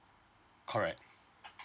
correct